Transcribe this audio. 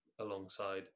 alongside